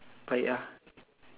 but ya